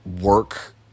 work